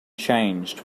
changed